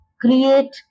create